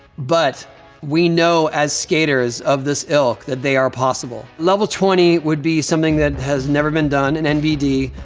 but we know, as skaters of this ilk, that they are possible. level twenty would be something that has never been done, an nbd,